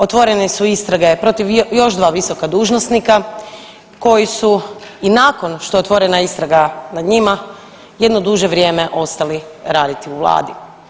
Otvorene su istrage protiv još dva visoka dužnosnika koji su i nakon što je otvorena istraga nad njima jedno duže vrijeme ostali raditi u vladi.